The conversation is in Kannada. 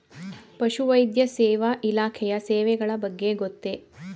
ಪಶುವೈದ್ಯ ಸೇವಾ ಇಲಾಖೆಯ ಸೇವೆಗಳ ಬಗ್ಗೆ ಗೊತ್ತೇ?